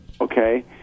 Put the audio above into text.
okay